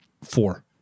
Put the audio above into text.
Four